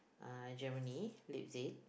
uh Germany Leipzig